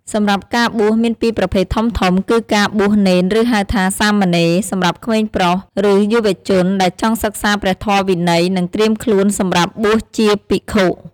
សម្រាប់ការបួសមានពីរប្រភេទធំៗគឺការបួសនេន ឬហៅថា សាមណេរ សម្រាប់ក្មេងប្រុស ឬយុវជនដែលចង់សិក្សាព្រះធម៌វិន័យ និងត្រៀមខ្លួនសម្រាប់បួសជាភិក្ខុ។